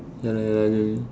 ya lah